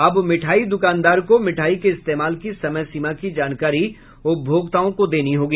अब मिठाई दुकानदार को मिठाई के इस्तेमाल की समय सीमा की जानकारी उपभोक्ताओं को देनी होगी